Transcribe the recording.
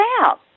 out